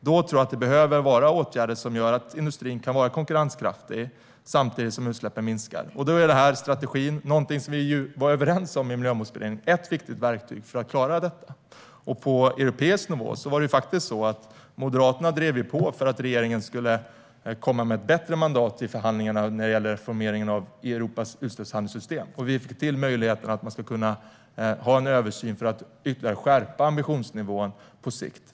Då tror jag att det behöver vara åtgärder som gör att industrin kan vara konkurrenskraftig samtidigt som utsläppen minskar, och då är detta strategin - något vi i Miljömålsberedningen ju var överens om är ett viktigt verktyg för att klara detta. På europeisk nivå var det faktiskt så att Moderaterna drev på för att regeringen skulle komma med ett bättre mandat till förhandlingarna när det gäller reformeringen av Europas utsläppshandelssystem, och vi fick till möjligheten att ha en översyn för att ytterligare skärpa ambitionsnivån på sikt.